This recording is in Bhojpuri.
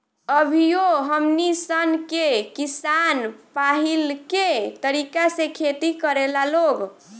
अभियो हमनी सन के किसान पाहिलके तरीका से खेती करेला लोग